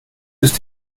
ist